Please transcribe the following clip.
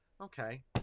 Okay